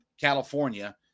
California